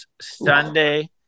Sunday